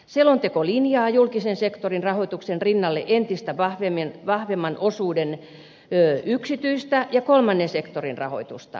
selonteko linjaa julkisen sektorin rahoituksen rinnalle entistä vahvemman osuuden yksityistä ja kolmannen sektorin rahoitusta